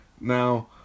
Now